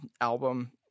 album